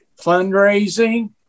Fundraising